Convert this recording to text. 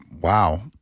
Wow